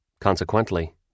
Consequently